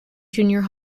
junior